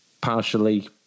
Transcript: partially